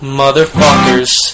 motherfuckers